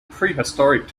prehistoric